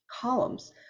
columns